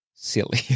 Silly